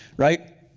right?